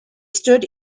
stood